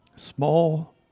Small